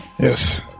Yes